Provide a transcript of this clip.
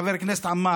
חבר הכנסת עמאר,